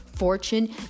Fortune